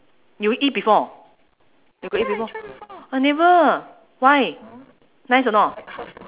you eat before you got eat before I never why nice or not